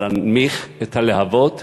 על להנמיך את הלהבות,